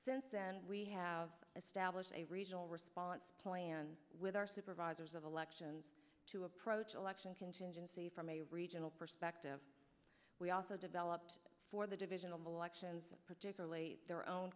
we have established a regional response plan with our supervisors of elections to approach election contingency from a regional perspective we also developed for the division of elections particularly their own